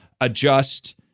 adjust